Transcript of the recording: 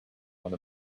one